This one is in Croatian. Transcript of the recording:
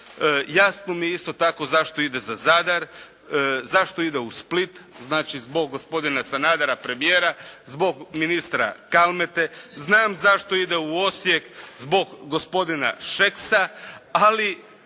Jasno mi je isto tako, zašto ide za Zadar? Zašto ide u Split? Znači zbog gospodina Sanadera, premijera. Zbog ministra Kalmete. Znam zašto ide u Osijek? Zbog gospodina Šeksa. Ali,